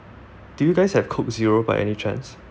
do you guys have Coke Zero by any chance